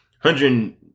hundred